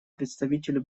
представителю